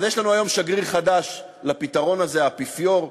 יש לנו היום שגריר חדש לפתרון הזה, האפיפיור.